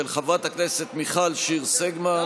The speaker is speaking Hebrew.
של חברת הכנסת מיכל שיר סגמן.